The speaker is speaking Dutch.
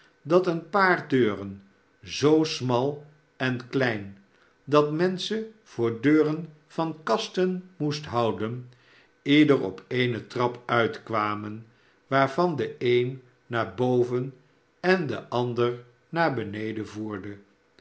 dat een paar deuren zoo smal en klein dat men ze voor deuren van kasten moest houden ieder op eene trap uitkwamen waarvan de een naar ijoven en de ander naar beneden voerde